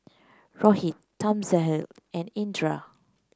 Rohit Thamizhavel and Indira